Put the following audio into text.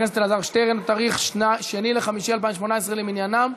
44 תומכים, 55 מתנגדים.